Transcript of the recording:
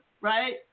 right